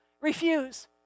refuse